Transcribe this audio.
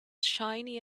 shiny